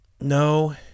no